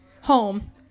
home